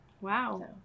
wow